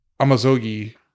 Amazogi